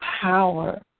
power